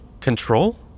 Control